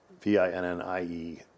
V-I-N-N-I-E